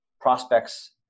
prospects